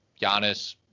Giannis